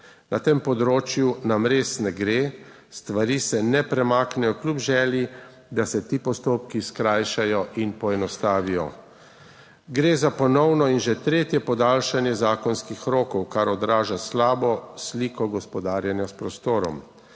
Na tem področju nam res ne gre, stvari se ne premaknejo, kljub želji, da se ti postopki skrajšajo in poenostavijo. Gre za ponovno in že tretje podaljšanje zakonskih rokov, kar odraža slabo sliko gospodarjenja s prostorom.